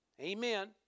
Amen